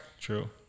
True